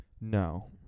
No